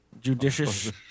Judicious